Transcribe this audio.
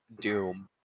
Doom